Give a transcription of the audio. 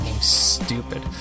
Stupid